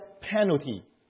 penalty